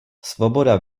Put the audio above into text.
svoboda